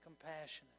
compassionate